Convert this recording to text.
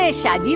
ah shut